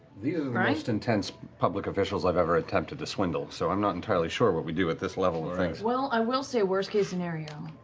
the most intense public officials i've ever attempted to swindle, so i'm not entirely sure what we do at this level. marisha well, i will say, worst case scenario,